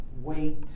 wait